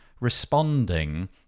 responding